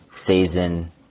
Season